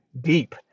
deep